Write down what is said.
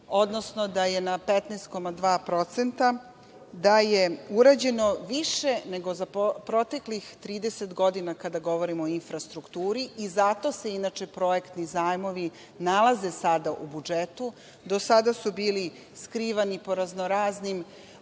odnosno da je na 15,2%, da je urađeno više nego za proteklih 30 godina kada govorimo o infrastrukturi i zato se, inače, projektni zajmovi nalaze sada u budžetu, do sada su bili skrivani po raznoraznim